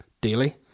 daily